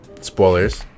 Spoilers